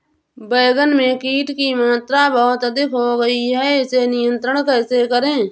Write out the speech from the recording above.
बैगन में कीट की मात्रा बहुत अधिक हो गई है इसे नियंत्रण कैसे करें?